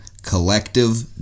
Collective